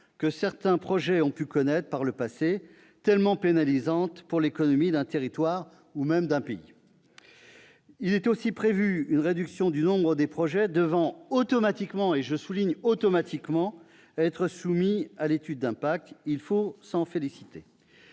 que certains projets ont pu connaître par le passé, pertes de temps tellement pénalisantes pour l'économie d'un territoire ou même d'un pays. Il est aussi prévu une réduction du nombre des projets devant automatiquement- je souligne ce terme -être soumis à étude d'impact. On doit s'en féliciter.